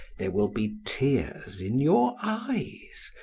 there will be tears in your eyes.